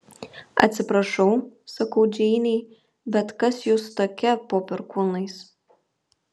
atsiprašau sakau džeinei bet kas jūs tokia po perkūnais